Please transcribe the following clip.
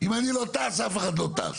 'אם אני לא טס, אף אחד לא טס'.